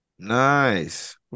Nice